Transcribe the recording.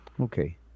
okay